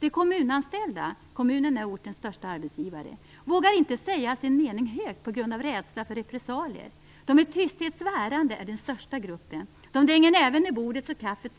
De kommunanställda - kommunen är ortens största arbetsgivare - vågar inte säga sin mening högt på grund av rädsla för repressalier. De i tysthet svärande är den största gruppen. De dänger näven i bordet så kaffet